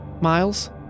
Miles